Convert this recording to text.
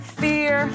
fear